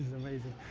amazing.